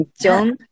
John